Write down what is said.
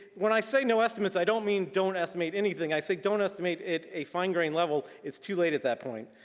when i say no estimates, i don't mean don't estimate anything. i said don't estimate it, a fine grain level. it's too late at that point.